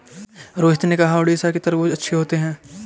रोहित ने कहा कि उड़ीसा के तरबूज़ अच्छे होते हैं